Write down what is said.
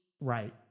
Right